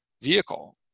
vehicle